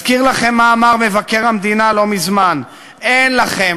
אזכיר לכם מה אמר מבקר המדינה לא מזמן: אין לכם,